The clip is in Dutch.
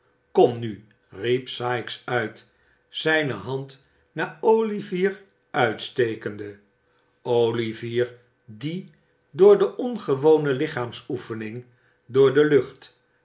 kom nu riep sikes uit zijne hand naar olivier uitstekende olivier die door de ongewone lichaamsoefening door de lucht